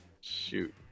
Shoot